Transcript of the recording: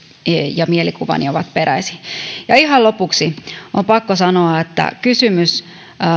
ja mielikuvani ovat peräisin ihan lopuksi on pakko sanoa että kysymys